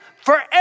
forever